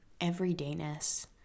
everydayness